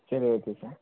சரி okay sir